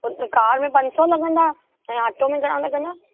हुन कार में पंज सौ लॻंदा ऐं ऑटो में घणा लॻंदा